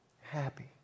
happy